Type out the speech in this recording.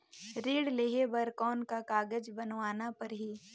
ऋण लेहे बर कौन का कागज बनवाना परही?